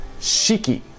shiki